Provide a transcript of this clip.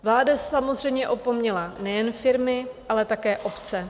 Vláda samozřejmě opomněla nejen firmy, ale také obce.